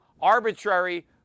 arbitrary